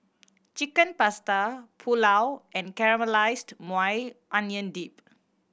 Chicken Pasta Pulao and Caramelized Maui Onion Dip